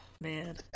man